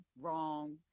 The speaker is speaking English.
wrong